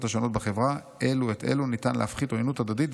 השונות בחברה אלו את אלו ניתן להפחית עוינות הדדית,